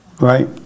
Right